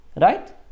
Right